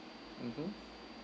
mm